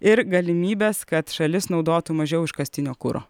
ir galimybes kad šalis naudotų mažiau iškastinio kuro